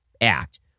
Act